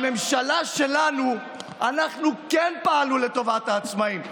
בממשלה שלנו אנחנו כן פעלנו לטובת העצמאים,